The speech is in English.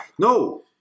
No